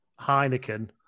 Heineken